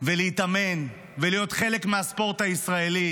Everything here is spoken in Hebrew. ולהתאמן ולהיות חלק מהספורט הישראלי,